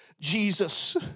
Jesus